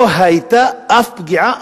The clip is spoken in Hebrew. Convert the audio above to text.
לא היתה במסיק הזיתים אף פגיעה אחת,